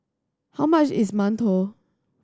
how much is mantou